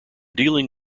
dealing